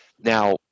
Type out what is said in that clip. Now